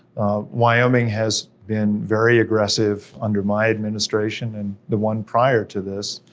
wyoming has been very aggressive under my administration, and the one prior to this,